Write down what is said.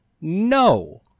no